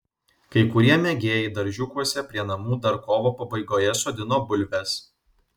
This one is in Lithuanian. kai kurie mėgėjai daržiukuose prie namų dar kovo pabaigoje sodino bulves